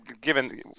given